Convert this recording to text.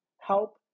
help